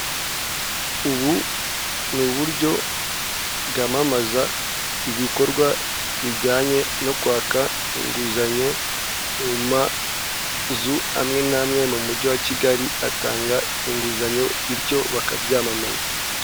Ubu ni uburyo bwamamaza ibikorwa bijyanye no kwaka inguzanyo mu mazu, amwe n'amwe mu mujyi wa Kigali, atanga inguzanyo bityo bakabyamamaza.